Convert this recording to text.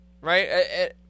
right